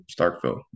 Starkville